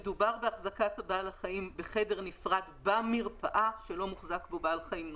מדובר בהחזקת בעל החיים בחדר נפרד במרפאה שלא מוחזק בו בעל חיים נוסף,